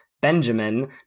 benjamin